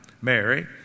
Mary